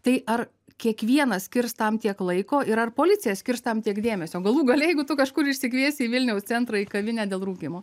tai ar kiekvienas skirs tam tiek laiko ir ar policija skirs tam tiek dėmesio galų gale jeigu tu kažkur išsikviesti į vilniaus centrą į kavinę dėl rūkymo